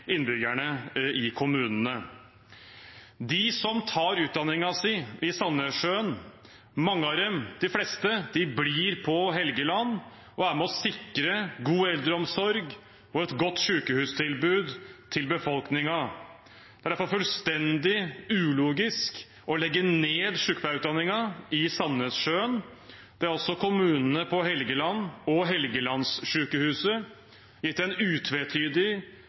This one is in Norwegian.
innbyggerne i kommunene. Når det gjelder de som tar utdanningen sin i Sandnessjøen, blir mange av dem – de fleste – på Helgeland og er med på å sikre god eldreomsorg og et godt sykehustilbud til befolkningen. Det er derfor fullstendig ulogisk å legge ned sykepleierutdanningen i Sandnessjøen. Det har også kommunene på Helgeland og Helgelandssykehuset gitt en utvetydig